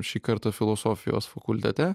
šį kartą filosofijos fakultete